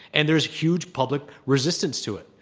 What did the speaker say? and there's huge public resistance to it.